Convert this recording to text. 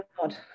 God